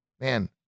Man